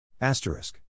Asterisk